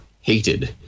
hated